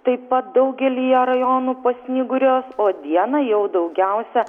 taip pat daugelyje rajonų pasnyguriuos o dieną jau daugiausia